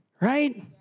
right